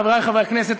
חברי חברי הכנסת,